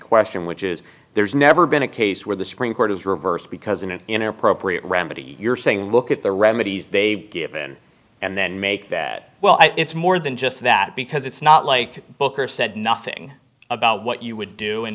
question which is there's never been a case where the supreme court is reversed because in an inappropriate remedy you're saying look at the remedies they've given and then make that well it's more than just that because it's not like booker said nothing about what you would do in